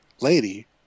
lady